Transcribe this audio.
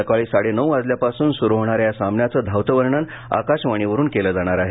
सकाळी साडेनऊ वाजल्यापासूनसुरु होणाऱ्या या सामन्याचं धावतं वर्णन आकाशवाणीवरून केलं जाणार आहे